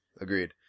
agreed